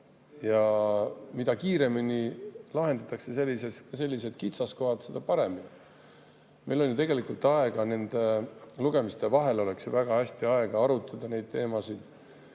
Mida kiiremini lahendatakse sellised kitsaskohad, seda parem. Meil on ju tegelikult aega, nende lugemiste vahel oleks ju väga palju aega arutada neid teemasid.